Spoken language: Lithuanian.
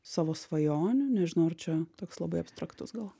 savo svajonių nežinau ar čia toks labai abstraktus gal